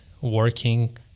working